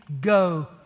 go